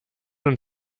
und